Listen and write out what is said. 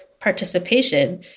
participation